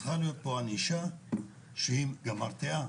צריכה להיות ענישה מרתיעה.